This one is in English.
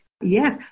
yes